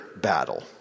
battle